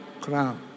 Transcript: crown